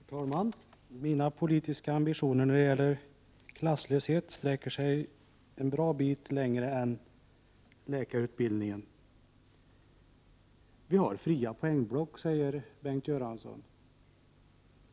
Herr talman! Mina politiska ambitioner när det gäller klasslöshet sträcker sig en bra bit längre än till läkarutbildningen. Vi har fria poängblock, säger Bengt Göransson.